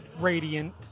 radiant